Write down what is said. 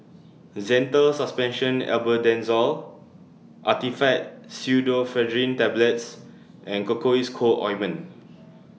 Zental Suspension Albendazole Actifed Pseudoephedrine Tablets and Cocois Co Ointment